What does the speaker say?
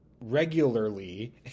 regularly